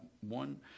one